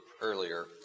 earlier